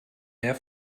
mehr